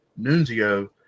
Nunzio